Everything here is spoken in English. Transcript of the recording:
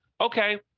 okay